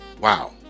Wow